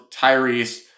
Tyrese